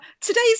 today's